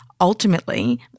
ultimately